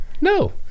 No